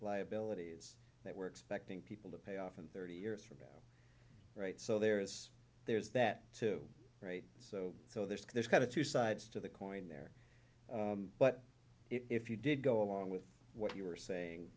liabilities that we're expecting people to pay off in thirty years from now right so there is there's that too right so so there's this kind of two sides to the coin there but if you did go along with what you were saying